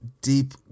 deep